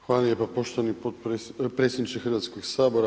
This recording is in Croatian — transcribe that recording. Hvala lijepo poštovani predsjedniče Hrvatskog sabora.